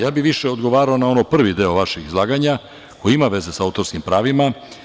Ja bih više odgovarao na prvi deo vašeg izlaganja, koji ima veze sa autorskim pravima.